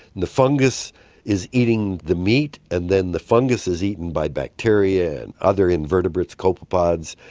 and the fungus is eating the meat and then the fungus is eaten by bacteria and other invertebrates, copepods,